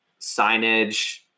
signage